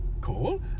cool